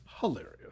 hilarious